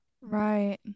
Right